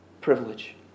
privilege